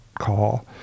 call